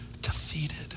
defeated